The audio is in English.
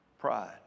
Pride